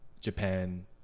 Japan